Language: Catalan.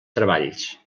treballs